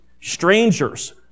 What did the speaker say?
strangers